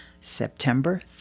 September